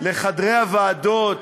לחדרי הוועדות,